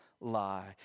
lie